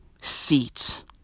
Seats